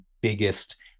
biggest